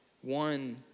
one